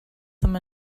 some